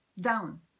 down